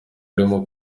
arimo